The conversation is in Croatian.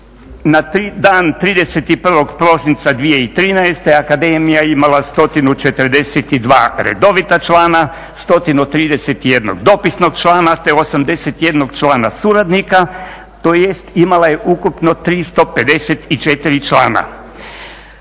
na dan 31. prosinca 2013. akademija imala 142 redovita člana, 131 dopisnog člana te 81 člana suradnika, tj. imala je ukupno 354 člana.